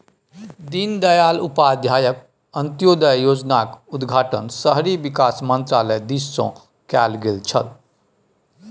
दीनदयाल उपाध्याय अंत्योदय योजनाक उद्घाटन शहरी विकास मन्त्रालय दिससँ कैल गेल छल